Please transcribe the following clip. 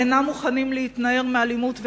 אינם מוכנים להתנער מאלימות וטרור,